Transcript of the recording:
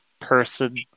person